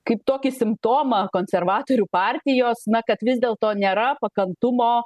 kaip tokį simptomą konservatorių partijos na kad vis dėlto nėra pakantumo